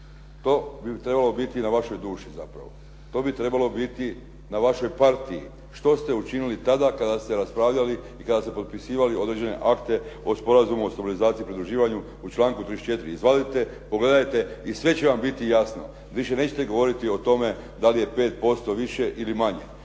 To bi trebalo biti na vašoj duši zapravo. To bi trebalo biti na vašoj partiji. Što ste učinili tada kada ste raspravljali i kada ste potpisivali određene akte o Sporazumu o stabilizaciji i pridruživanju u članku 34. Izvadite, pogledajte i sve će vam biti jasno. Više nećete govoriti o tome da li je 5% više ili manje,